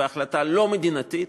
בהחלטה לא מדינתית.